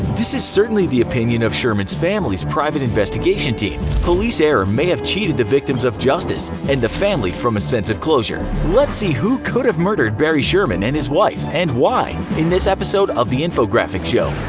this is certainly the opinion of the sherman family's private investigation team. police error may have cheated the victims of justice and the family from a sense of closure. let's see who could have murdered barry sherman and his wife, and why, in this episode of the infographics show,